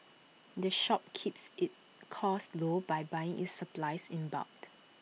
the shop keeps its costs low by buying its supplies in bulked